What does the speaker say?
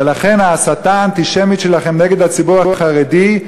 ולכן ההסתה האנטישמית שלכם נגד הציבור החרדי,